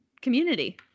community